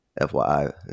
FYI